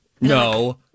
No